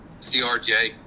CRJ